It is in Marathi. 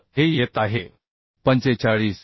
तर हे येत आहे 45